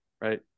right